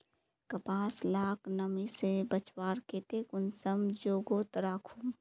कपास लाक नमी से बचवार केते कुंसम जोगोत राखुम?